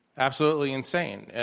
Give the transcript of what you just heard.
absolutely insane,